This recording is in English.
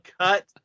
cut